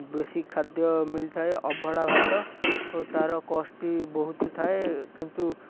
ବେଶୀ ଖାଦ୍ୟ ମିଳିଥାଏ ଅଭଡ଼ା ଭାତ ଓ ତା'ର କଷ୍ଟ ବି ବହୁତ ଥାଏ କିନ୍ତୁ